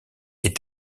est